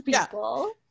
people